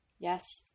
Yes